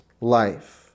life